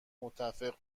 متفق